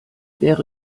wäre